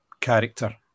character